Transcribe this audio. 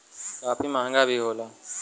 काफी महंगा भी होला